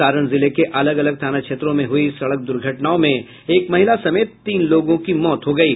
सारण जिले के अलग अलग थाना क्षेत्रों में हुई सड़क दुर्घटनाओं में एक महिला समेत तीन लोगों की मौत हो गयी